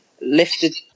lifted